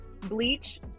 Bleach